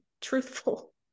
truthful